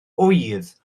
ŵydd